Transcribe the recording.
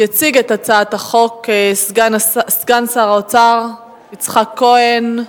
יציג את הצעת החוק סגן שר האוצר יצחק כהן.